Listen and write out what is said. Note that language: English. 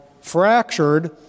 fractured